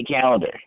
calendar